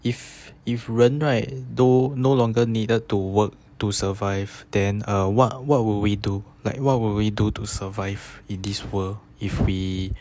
if if 人 right no no longer needed to work to survive then uh what what would we do like what would we do to survive in this world if we